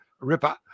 Ripper